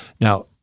Now